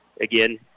again